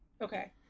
okay